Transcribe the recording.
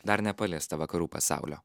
dar nepaliestą vakarų pasaulio